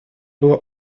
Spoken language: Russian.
было